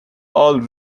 all